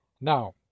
now